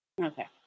Okay